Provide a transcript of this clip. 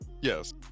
Yes